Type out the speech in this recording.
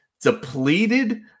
depleted